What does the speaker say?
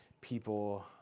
people